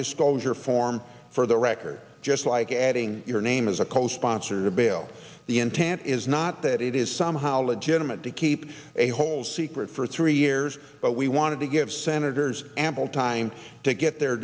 disclosure form for the record just like adding your name as a co sponsor bill the intent is not that it is somehow legitimate to keep a whole secret for three years but we wanted to give senators ample time to get their